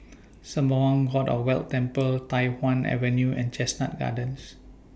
Sembawang God of Wealth Temple Tai Hwan Avenue and Chestnut Gardens